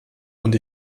und